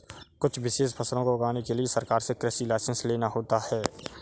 कुछ विशेष फसलों को उगाने के लिए सरकार से कृषि लाइसेंस लेना होता है